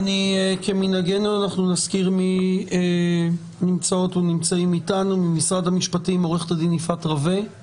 אנחנו נמצאים בימים שבהם פעם נוספת עולה סוגיית האלימות